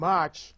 March